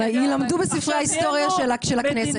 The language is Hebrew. יילמדו בספרי ההיסטוריה של הכנסת...